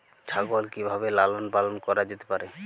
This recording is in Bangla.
ছাগল কি ভাবে লালন পালন করা যেতে পারে?